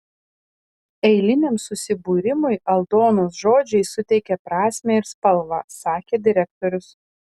eiliniam susibūrimui aldonos žodžiai suteikia prasmę ir spalvą sakė direktorius